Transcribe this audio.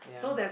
yeah